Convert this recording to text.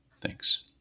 Thanks